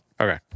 Okay